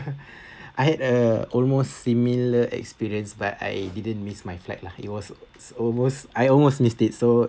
I had a almost similar experience but I didn't miss my flight lah it was almost I almost missed it so